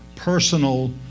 Personal